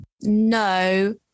No